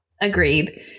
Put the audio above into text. Agreed